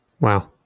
wow